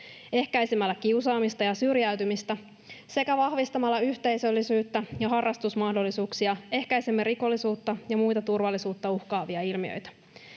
Ehkäisemällä kiusaamista ja syrjäytymistä sekä vahvistamalla yhteisöllisyyttä ja harrastusmahdollisuuksia ehkäisemme rikollisuutta ja muita turvallisuutta uhkaavia ilmiöitä.